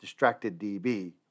DistractedDB